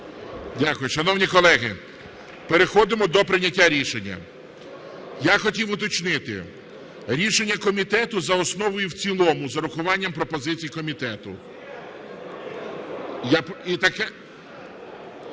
Дякую. Шановні колеги, переходимо до прийняття рішення. Я хотів уточнити: рішення комітету: за основу і в цілому з урахуванням пропозицій комітету.